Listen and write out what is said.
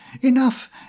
Enough